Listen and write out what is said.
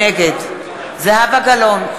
נגד זהבה גלאון,